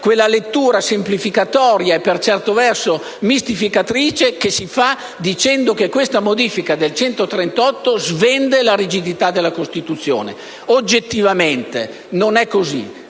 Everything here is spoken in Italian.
quella lettura semplificatoria e per certi versi mistificatrice, secondo cui la modifica dell'articolo 138 "svende" la rigidità della Costituzione. Oggettivamente non è così.